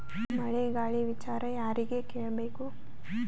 ಮಳೆ ಗಾಳಿ ವಿಚಾರ ಯಾರಿಗೆ ಕೇಳ್ ಬೇಕು?